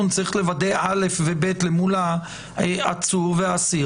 הוא צריך לוודא א' ו-ב' למול העצור והאסיר,